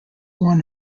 born